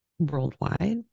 worldwide